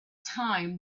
time